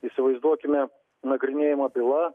įsivaizduokime nagrinėjama byla